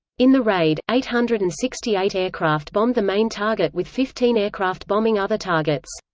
in the raid, eight hundred and sixty eight aircraft bombed the main target with fifteen aircraft bombing other targets.